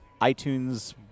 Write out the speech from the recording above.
iTunes